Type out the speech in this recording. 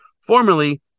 formerly